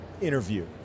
interview